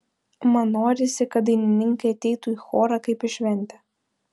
man norisi kad dainininkai ateitų į chorą kaip į šventę